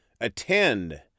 Attend